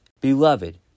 Beloved